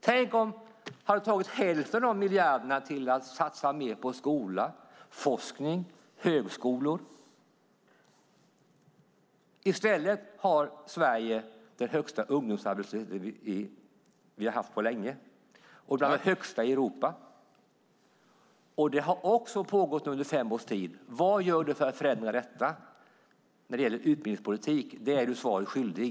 Tänk om ni hade tagit hälften av miljarderna till att satsa mer på skola, forskning och högskolor! I stället har Sverige den högsta ungdomsarbetslöshet som vi har haft på länge och den högsta i Europa. Det har också pågått under fem års tid. Vad gör du för att förändra detta när det gäller utbildningspolitik? Där är du svaret skyldig.